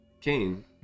Cain